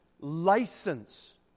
license